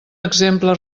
exemple